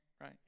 Right